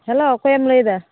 hello ᱚᱠᱚᱭᱮᱢ ᱞᱟᱹᱭᱮᱫᱟ